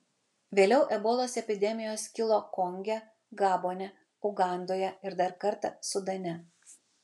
vėliau ebolos epidemijos kilo konge gabone ugandoje ir dar kartą sudane